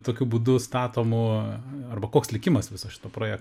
tokiu būdu statomų arba koks likimas viso šito proje